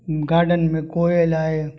garden में कोयल आहे